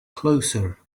closer